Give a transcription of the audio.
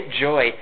joy